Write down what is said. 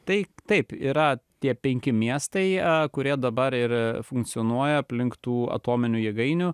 tai taip yra tie penki miestai kurie dabar ir funkcionuoja aplink tų atominių jėgainių